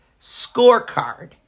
scorecard